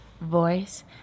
voice